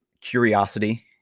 curiosity